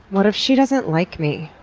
what if she doesn't like me?